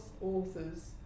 authors